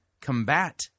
combat